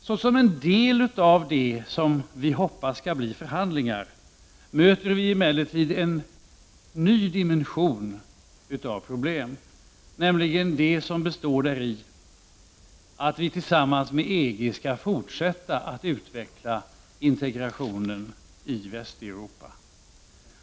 Såsom en del av det som vi hoppas skall bli förhandlingar möter vi emellertid en ny dimension av problem, nämligen de som består i att vi tillsammans med EG skall fortsätta att utveckla integrationen i Västeuropa.